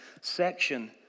section